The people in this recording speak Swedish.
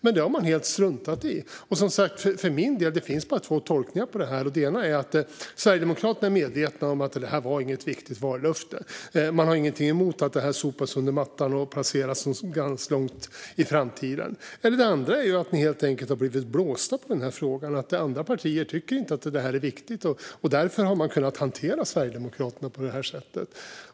Men det har man helt struntat i. För min del finns det bara två möjliga tolkningar av det här. Den ena är att Sverigedemokraterna är medvetna om att det här inte var något viktigt vallöfte. Man har inget emot att det sopas under mattan och placeras någonstans långt fram i tiden. Den andra är att ni helt enkelt har blivit blåsta på den här frågan - att andra partier inte tycker att detta är viktigt och därför har kunnat hantera Sverigedemokraterna på det här sättet.